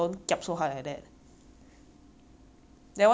then once my orange cat lah like he knows it's your hand he won't bite down lah